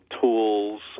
tools